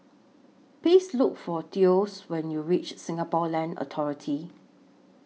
Please Look For Thos when YOU REACH Singapore Land Authority